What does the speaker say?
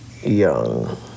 young